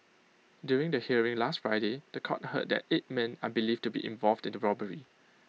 during the hearing last Friday The Court heard that eight men are believed to be involved the robbery